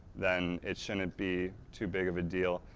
then it shouldn't be too big of a deal.